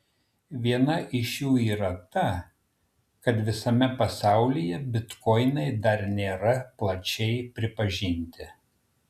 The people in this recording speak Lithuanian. viena iš jų yra ta kad visame pasaulyje bitkoinai dar nėra plačiai pripažinti